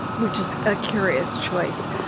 which is a curious choice.